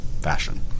fashion